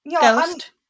Ghost